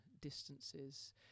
distances